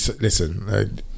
listen